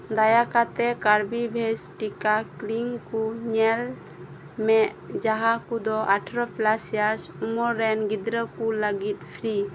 ᱫᱟᱭᱟᱠᱟᱛᱮ ᱠᱟᱨᱵᱤᱵᱷᱮᱥ ᱴᱤᱠᱟ ᱠᱞᱤᱱ ᱠᱩ ᱧᱮᱞ ᱢᱮ ᱡᱟᱦᱟᱸ ᱠᱚᱫᱚ ᱟᱴᱷᱮᱨᱚ ᱯᱞᱟᱥ ᱮᱭᱟᱨᱥ ᱩᱢᱮᱨ ᱨᱮᱱ ᱜᱤᱫᱽᱨᱟᱹ ᱠᱚ ᱞᱟᱹᱜᱤᱫ ᱯᱷᱨᱤ